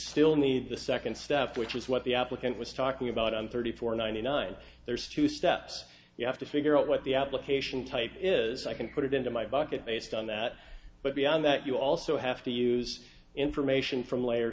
still need the second stuff which is what the applicant was talking about on thirty four ninety nine there's two steps you have to figure out what the application type is i can put it into my bucket based on that but beyond that you also have to use information from layer